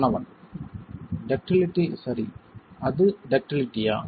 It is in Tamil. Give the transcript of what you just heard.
மாணவன் டக்டிலிட்டி சரி அது டக்டிலிட்டியா